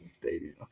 dating